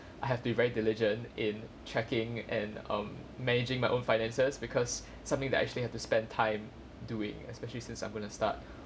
I have to be very diligent in checking and um managing my own finances because something that actually have to spend time doing especially since I'm gonna start